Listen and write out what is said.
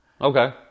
Okay